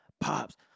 Pops